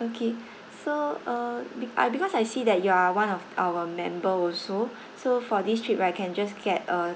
okay so uh be I because I see that you are one of our member also so for this trip right you can just get a